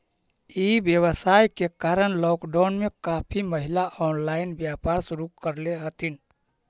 ई व्यवसाय के कारण लॉकडाउन में काफी महिला ऑनलाइन व्यापार शुरू करले हथिन